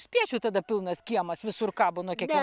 spiečių tada pilnas kiemas visur kabo nuo kiekvie